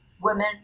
women